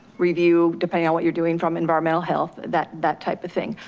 review depending on what you're doing from environmental health, that that type of thing.